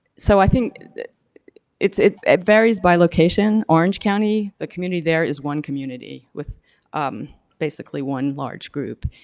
so, i think it's it varies by location, orange county, the community there is one community with basically one large group.